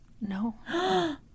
No